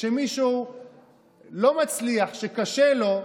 כשמישהו לא מצליח, כשקשה לו,